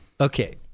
Okay